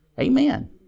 Amen